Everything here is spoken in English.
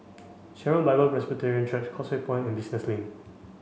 Sharon Bible Presbyterian Church Causeway Point and Business Link